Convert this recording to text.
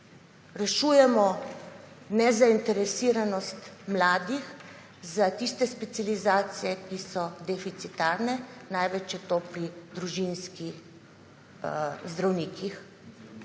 rešujemo nezainteresiranost mladih za tiste specializacije, ki so deficitarne, največ je to pri družinskih zdravnikih.